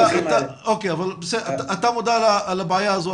אתה מודע לבעיה הזו,